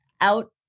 out